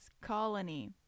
colony